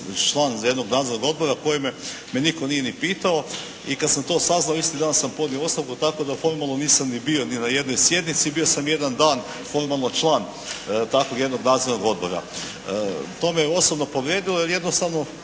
član jednog nadzornog odbora u koji me nitko nije ni pitao i kad sam to saznao isti dan sam podnio ostavku tako da formalno nisam ni bio ni na jednoj sjednici. Bio sam jedan dan formalno član takvog jednog nadzornog odbora. To me je osobno povrijedilo jer jednostavno